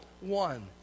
one